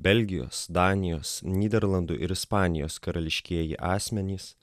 belgijos danijos nyderlandų ir ispanijos karališkieji asmenys